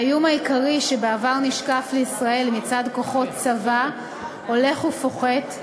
האיום העיקרי שבעבר נשקף לישראל מצד כוחות צבא הולך ופוחת,